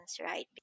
right